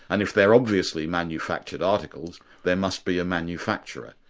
and if they're obviously manufactured articles there must be a manufacturer.